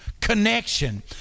connection